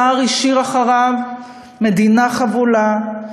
צה"ל השאיר אחריו מדינה חבולה,